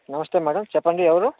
నమస్తే మ్యాడం చెప్పండి ఎవరు